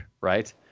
right